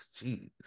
Jeez